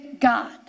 God